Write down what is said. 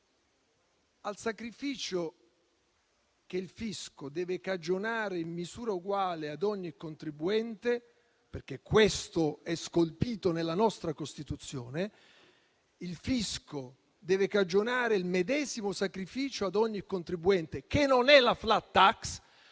il sacrificio che il fisco deve cagionare deve essere uguale per ogni contribuente, perché questo è scolpito nella nostra Costituzione. Il fisco deve cagionare il medesimo sacrificio ad ogni contribuente, che non è la *flat tax*.